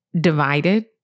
divided